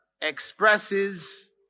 expresses